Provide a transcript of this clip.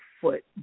foot